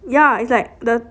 ya is like the